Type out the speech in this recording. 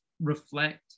reflect